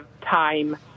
time